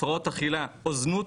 הפרעות אכילה או זנות,